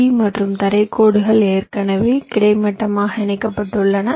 D மற்றும் தரை கோடுகள் ஏற்கனவே கிடைமட்டமாக இணைக்கப்பட்டுள்ளன